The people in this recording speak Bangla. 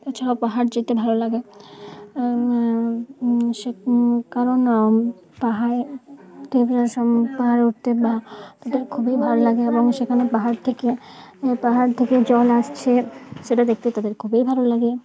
তাছাড়াও পাহাড় যেতে ভালো লাগে সে কারণ পাহাড় টেম্পারেচার সম পাহাড়ে উঠতে বা তাদের খুবই ভালো লাগে এবং সেখানে পাহাড় থেকে পাহাড় থেকে জল আসছে সেটা দেখতে তাদের খুবই ভালো লাগে